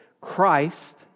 Christ